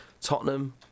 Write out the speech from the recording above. Tottenham